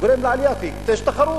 הוא גורם לעלייה, כי יש תחרות.